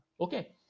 Okay